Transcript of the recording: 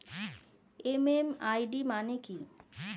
MMID মানে কি?